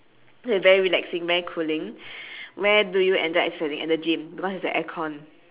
very relaxing very cooling where do you enjoy exercising at the gym because there's the aircon